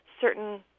certain